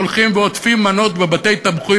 הולכים ועוטפים מנות בבתי-התמחוי,